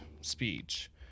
speech